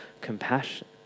compassion